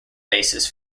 basis